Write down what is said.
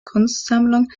kunstsammlung